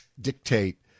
dictate